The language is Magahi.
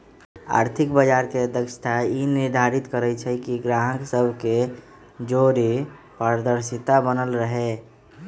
आर्थिक बजार के दक्षता ई निर्धारित करइ छइ कि गाहक सभ के जओरे पारदर्शिता बनल रहे